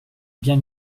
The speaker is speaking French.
bien